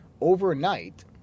overnight